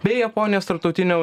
bei japonijos tarptautinio